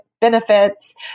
benefits